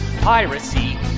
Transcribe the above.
piracy